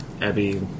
Abby